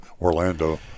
Orlando